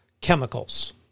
chemicals